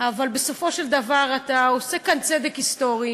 אבל בסופו של דבר אתה עושה כאן צדק היסטורי,